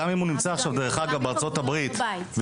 גם אם הוא נמצא עכשיו דרך אגב בארצות הברית ונפצע,